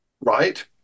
right